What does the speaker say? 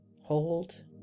hold